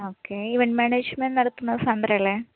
okay event management നടത്തുന്ന സമരല്ലെ